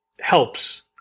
helps